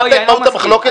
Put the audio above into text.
הבנת את מהות המחלוקת